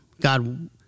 God